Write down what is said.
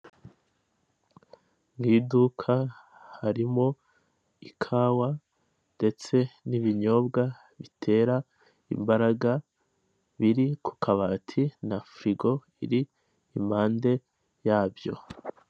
Mu iduka harimo ikawa ndetse n'ibinyobwa bitera imbaraga biri ku kabati na firigo iri impande yabyo.